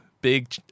Big